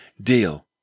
deal